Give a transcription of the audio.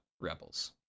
rebels